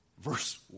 verse